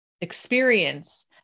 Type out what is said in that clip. experience